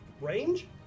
range